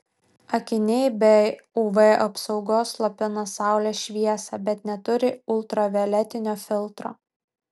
akiniai be uv apsaugos slopina saulės šviesą bet neturi ultravioletinio filtro